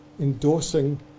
endorsing